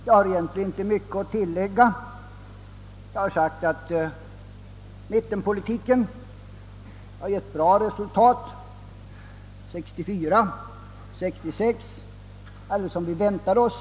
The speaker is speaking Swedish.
Jag har sagt att mittenpolitiken gett goda resultat 1964 och 1966, alldeles som vi väntat oss.